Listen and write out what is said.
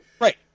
Right